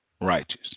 righteous